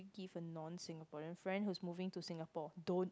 give a non Singaporean friend who is moving to Singapore don't